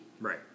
Right